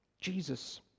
Jesus